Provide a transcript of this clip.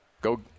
Go